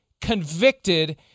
convicted